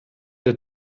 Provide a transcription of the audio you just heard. der